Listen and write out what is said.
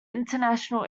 international